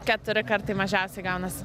keturi kartai mažiausiai gaunasi